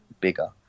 bigger